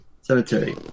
cemetery